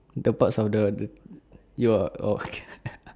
the parts of the the your oh okay